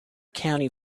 county